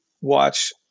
watch